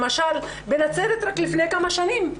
למשל בנצרת רק לפני כמה שנים,